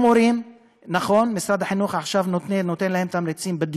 משרד החינוך נותן תמריצים להרבה מורים,